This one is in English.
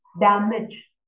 damage